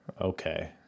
Okay